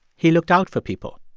he looked out for people.